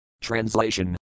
TRANSLATION